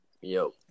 Yo